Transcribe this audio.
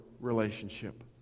relationship